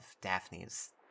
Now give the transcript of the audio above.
Daphne's